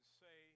say